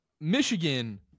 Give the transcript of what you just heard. Michigan